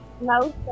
no